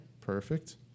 perfect